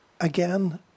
again